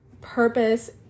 purpose